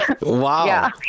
wow